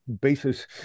basis